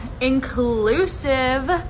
inclusive